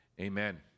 amen